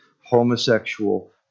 homosexual